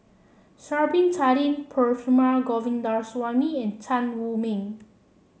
Sha'ari Bin Tadin Perumal Govindaswamy and Tan Wu Meng